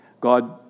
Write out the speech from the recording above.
God